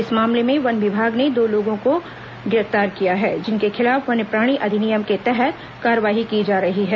इस मामले में वन विभाग ने दो लोगों को गिरफ्तार किया है जिनके खिलाफ वन्य प्राणी अधिनियम के तहत कार्रवाई की जा रही है